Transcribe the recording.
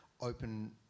open